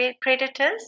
predators